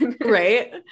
Right